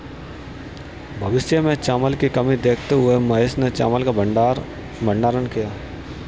भविष्य में चावल की कमी देखते हुए महेश ने चावल का भंडारण किया